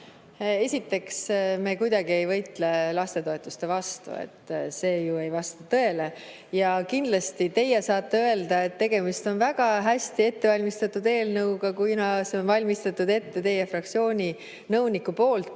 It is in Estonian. Esiteks, me kuidagi ei võitle lastetoetuste vastu. See ju ei vasta tõele. Kindlasti teie saate öelda, et tegemist on väga hästi ettevalmistatud eelnõuga, kuna selle on ette valmistanud teie fraktsiooni nõunik.